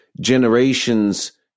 generations